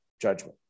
judgment